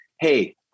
hey